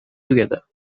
together